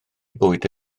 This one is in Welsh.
bwyd